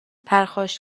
پرخاش